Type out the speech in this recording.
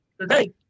today